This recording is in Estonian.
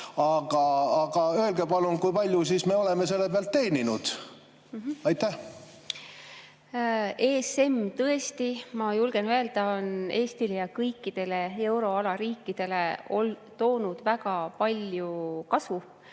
Aga öelge palun, kui palju me oleme selle pealt teeninud. ESM tõesti, ma julgen öelda, on Eestile ja kõikidele euroala riikidele toonud väga palju kasu,